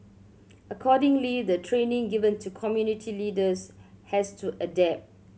accordingly the training given to community leaders has to adapt